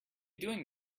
doing